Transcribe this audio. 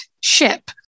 ship